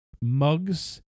mugs